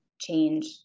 change